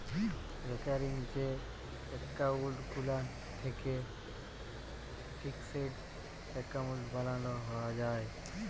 recurring যে account গুলান থ্যাকে ফিকসেড এক্কাউল্ট বালালো যায়